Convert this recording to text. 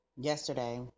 yesterday